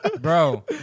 Bro